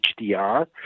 HDR